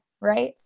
Right